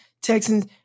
Texans